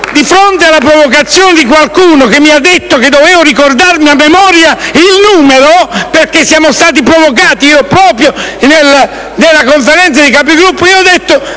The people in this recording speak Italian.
di fronte alla provocazione di qualcuno che mi ha detto che dovevo ricordarmi a memoria il numero (perché siamo stati provocati proprio nella Conferenza dei Capigruppo), ho risposto